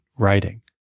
writing